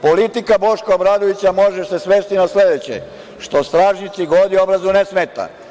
Politika Boška Obradovića može se svesti na sledeće, što stražnjici godi, obrazu ne smeta.